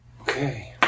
Okay